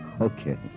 Okay